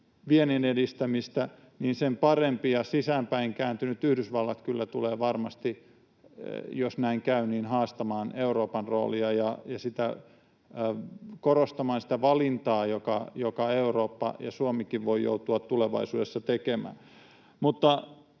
viennin edistämistä, sitä parempi. Sisäänpäin kääntynyt Yhdysvallat kyllä tulee varmasti, jos näin käy, haastamaan Euroopan roolia ja korostamaan sitä valintaa, jonka Eurooppa ja Suomikin voi joutua tulevaisuudessa tekemään. Ehkä